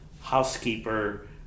housekeeper